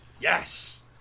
Yes